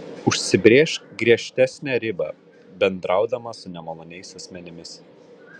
užsibrėžk griežtesnę ribą bendraudama su nemaloniais asmenimis